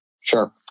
Sure